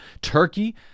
Turkey